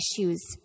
issues